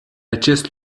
acest